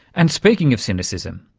and speaking of cynicism,